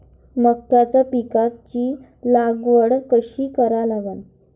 मक्याच्या पिकाची लागवड कशी करा लागन?